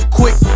quick